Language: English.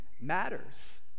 matters